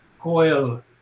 Coil